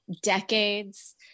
decades